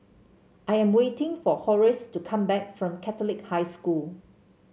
I am waiting for Horace to come back from Catholic High School